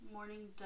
Morning